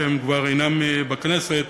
שכבר אינם בכנסת.